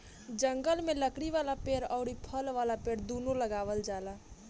जंगल में लकड़ी वाला पेड़ अउरी फल वाला पेड़ दूनो लगावल जाला